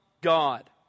God